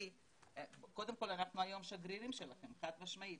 אנחנו היום שגרירים שלכם, חד משמעית.